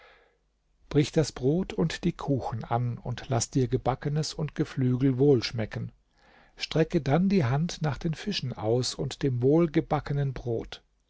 brich das brot und die kuchen an und laß dir gebackenes und geflügel wohlschmecken strecke dann die hand nach den fischen aus und dem wohlgebackenen brot